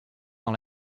dans